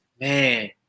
man